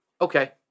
okay